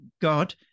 God